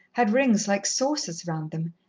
had rings like saucers round them,